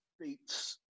beats